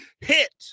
hit